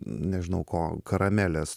nežinau ko karamelės